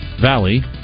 Valley